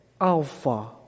Alpha